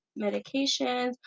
medications